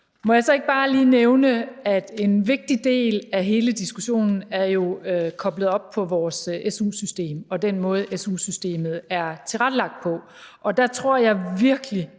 Må jeg så ikke bare lige nævne, at en vigtig del af hele diskussionen jo er koblet op på vores su-system og på den måde, som su-systemet er tilrettelagt på. Og der tror jeg virkelig,